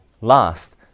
Last